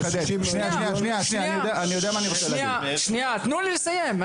שניה, תנו לי לסיים.